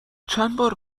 چندبار